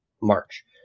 March